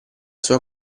sua